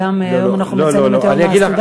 היום אנחנו מציינים את יום הסטודנט,